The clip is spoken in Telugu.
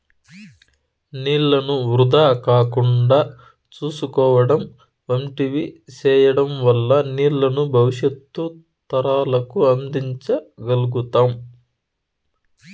నీళ్ళను వృధా కాకుండా చూసుకోవడం వంటివి సేయడం వల్ల నీళ్ళను భవిష్యత్తు తరాలకు అందించ గల్గుతాం